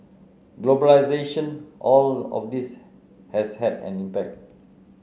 globalisation all of this has had an impact